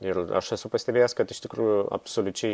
ir aš esu pastebėjęs kad iš tikrųjų absoliučiai